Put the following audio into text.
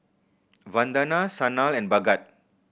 Vandana Sanal and Bhagat